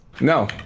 No